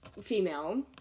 female